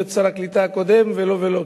לא את שר הקליטה הקודם ולא ולא,